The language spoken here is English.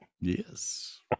Yes